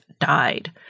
died